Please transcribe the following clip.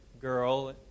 girl